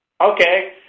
Okay